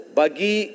bagi